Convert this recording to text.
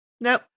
nope